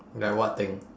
like what thing